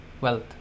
wealth